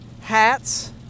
hats